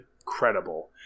incredible